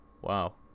Wow